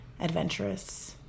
Adventurous